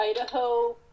Idaho